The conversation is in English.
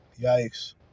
yikes